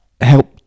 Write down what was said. help